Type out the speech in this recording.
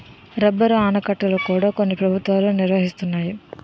rubber ఆనకట్టల కూడా కొన్ని ప్రభుత్వాలు నిర్మిస్తున్నాయి